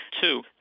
Two